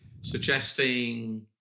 suggesting